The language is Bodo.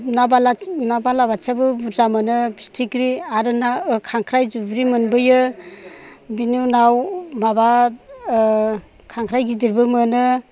ना बालाबोथियाबो बुरजा मोनो फिथिख्रि आरो ना खांख्राय जुब्रि मोनबोयो बेनि उनाव माबा खांख्राय गिदिरबो मोनो